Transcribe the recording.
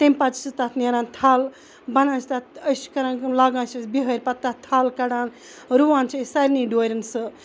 تمہِ پَتہٕ چھ تتھ نیران تھل بَنان چھِ تتھ أسۍ چھِ کَران کٲم لاگان چھِ أسۍ بِہٲرۍ پَتہٕ تتھ تھل کَڑان رُوان چھِ أسۍ سارنٕے ڈوریٚن سُہ